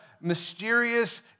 mysterious